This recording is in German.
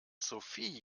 sophie